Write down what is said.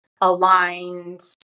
aligned